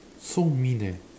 so mean eh